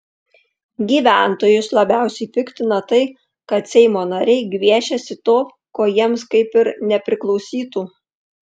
gyventojus labiausiai piktina tai kad seimo nariai gviešiasi to ko jiems kaip ir nepriklausytų